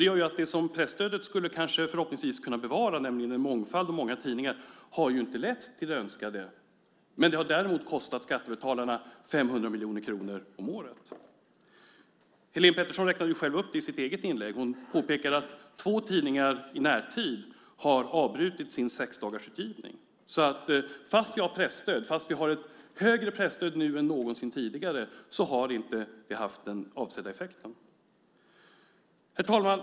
Det som presstödet förhoppningsvis skulle kunna medverka till att bevara - nämligen en mångfald, många tidningar - har inte lett till det önskade. Däremot har det kostat skattebetalarna 500 miljoner kronor om året. Helene Petersson hade en uppräkning i sitt inlägg och påpekade att två tidningar i närtid har avbrutit sin sexdagarsutgivning. Fastän vi har ett presstöd som nu är högre än någonsin tidigare har stödet inte haft avsedd effekt. Herr talman!